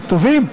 התובעים,